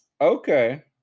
Okay